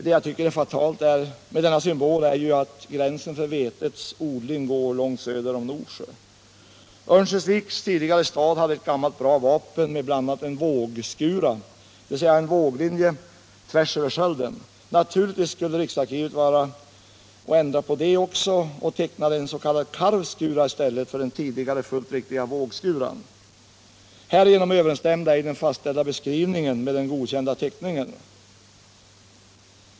Det fatala med denna symbol 87 är emellertid att gränsen för vetets odling går långt söder om Norsjö. Örnsköldsvik hade tidigare ett gammalt bra vapen med bl.a. en vågskura, dvs. våglinje tvärs över skölden. Naturligtvis skulle riksarkivet vara klåfingrigt och ändra på något och tecknade en s.k. karvskura i stället för den tidigare fullt riktiga vågskuran. Härigenom överensstämde ej den fastställda beskrivningen med den godkända teckningen.